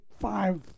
five